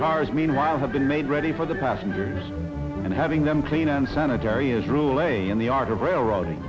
cars meanwhile have been made ready for the passengers and having them clean and sanitary is rule a in the art of railroading